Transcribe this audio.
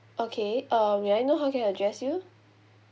okay uh may I know how can I address you